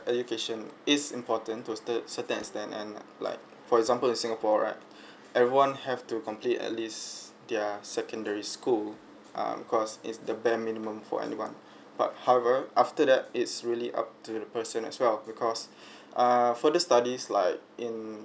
education is important to the certain extent and like for example the singapore right everyone have to complete at least their secondary school um cause is the bare minimum for anyone but however after that it's really up to the person as well because err further studies like in